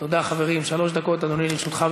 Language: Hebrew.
אינו נוכח.